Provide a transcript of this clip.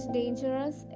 dangerous